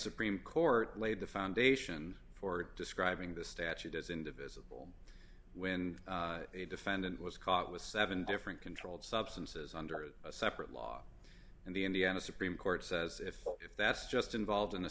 supreme court laid the foundation for describing this statute as indivisible when a defendant was caught with seven different controlled substances under a separate law and the indiana supreme court says if if that's just involved in a